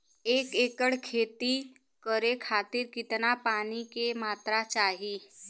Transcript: एक एकड़ खेती करे खातिर कितना पानी के मात्रा चाही?